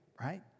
right